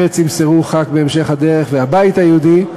הבית היהודי,